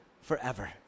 forever